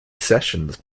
sessions